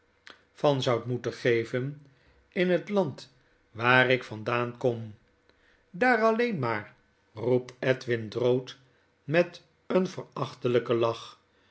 van zoudt moeten geven in het land waar ik vandaan kom daar alleen maar j roept edwin drood met een verachteljjken lach